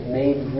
made